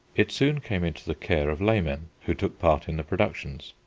it soon came into the care of laymen, who took part in the productions.